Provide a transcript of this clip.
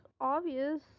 obvious